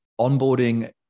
Onboarding